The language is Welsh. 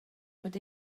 bod